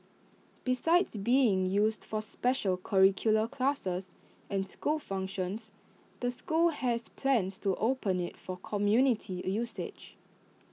besides being used for special curricular classes and school functions the school has plans to open IT for community usage